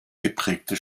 geprägte